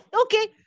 okay